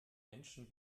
menschen